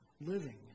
living